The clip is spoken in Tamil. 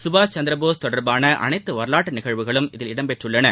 சுபாஷ்சந்திரபோஸ் தொடர்பான அனைத்து வரலாற்று நிகழ்வுகளும் இதில் இடம்பெற்றுள்ளன